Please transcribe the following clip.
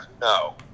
no